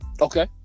Okay